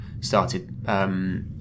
started